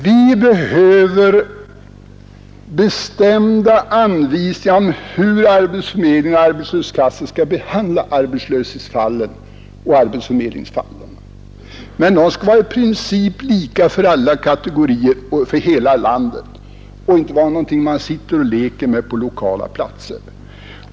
Vi behöver bestämda anvisningar om hur arbetsförmedlingar och arbetslöshetskassor skall behandla arbetslöshetsfallen och arbetsförmedlingsfallen, och de skall vara i princip lika för alla kategorier i hela landet och inte någonting som man sitter och leker med på olika platser.